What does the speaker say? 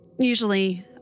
Usually